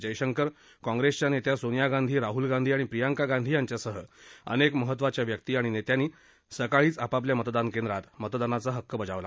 जयशंकर कॉंप्रेसच्या नेत्या सोनिया गांधी राहुल गांधी आणि प्रियंका गांधी यांच्यासह अनेक महत्वाच्या व्यक्ती आणि नेत्यांनी सकाळीच आपापल्या मतदान केंद्रात मतदानाचा हक्क बजावला